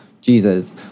Jesus